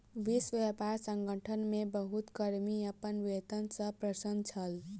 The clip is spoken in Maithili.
विश्व व्यापार संगठन मे बहुत कर्मी अपन वेतन सॅ अप्रसन्न छल